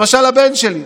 למשל לבן שלי.